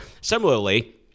similarly